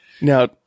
Now